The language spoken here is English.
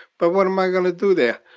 but what am i going to do there?